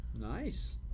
Nice